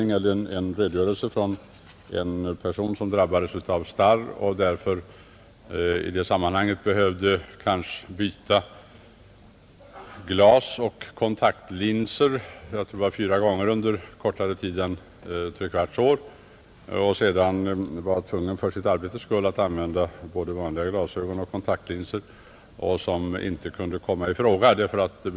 Jag har en redogörelse från en person som drabbats av starr och som till följd därav i sitt arbete behövde använda både glasögon och kontaktlinser, vilka hon måste byta, jag tror det var fyra gånger under kortare tid än trekvarts år, men som på grund av bestämmelsernas utformning inte kunde komma i fråga för bidrag.